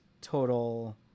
total